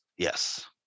Yes